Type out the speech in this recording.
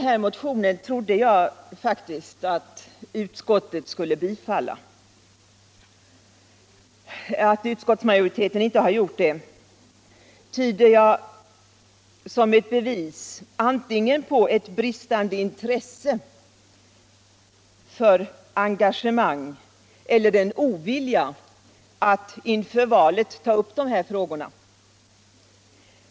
Jag trodde faktiskt att utskottet skulle tillstyrka den här motionen. Alt utskottsmajoriteten inte gjort det tar jag som.ett bevis på antingen ett bristande intresse för engagemang eller en ovilja att inför valet ta upp de här frågorna.